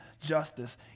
justice